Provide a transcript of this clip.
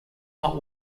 not